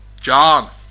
John